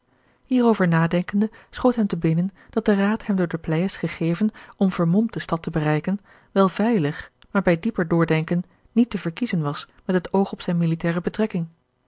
nadenkende schoot hem te binnen dat de raad hem door de pleyes gegeven om vermomd de stad te bereiken wel veilig maar bij dieper doordenken niet te verkiezen was met het oog op zijne militaire betrekking